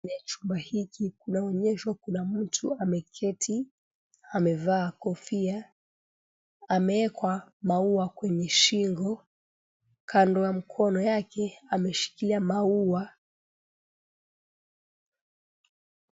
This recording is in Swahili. Kwenye chumba hiki kunaonyeshwa kuna mtu ameketi amevaa kofia, amewekwa maua kwenye shingo, kando ya mkono wake ameshikilia maua.